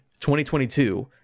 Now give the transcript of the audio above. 2022